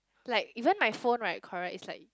like even my phone right correct is like